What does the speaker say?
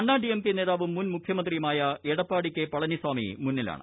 അണ്ണാ D M K നേതാവും മുൻ മുഖ്യമന്ത്രിയുമായ എടപ്പാടി കെ പളനിസാമി മുന്നിലാണ്